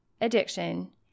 addiction